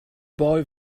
boy